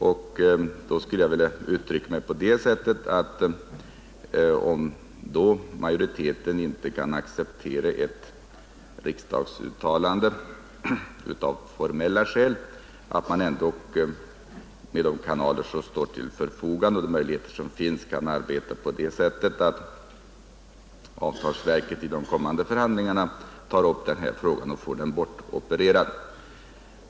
Jag skulle vilja uttrycka mig på det sättet att det, om inte majoriteten kan acceptera ett riksdagsbeslut av formella skäl, ändock med de kanaler som står till förfogande vore möjligt att låta avtalsverket vid de kommande förhandlingarna ta upp denna fråga för att få den nuvarande ordningen ”bortopererad”.